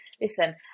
listen